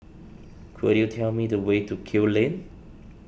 could you tell me the way to Kew Lane